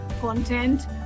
content